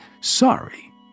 sorry